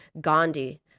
Gandhi